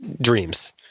Dreams